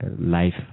life